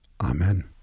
Amen